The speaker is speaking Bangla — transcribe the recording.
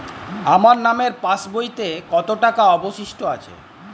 আমার নামের পাসবইতে কত টাকা অবশিষ্ট আছে?